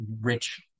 rich